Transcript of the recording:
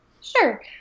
Sure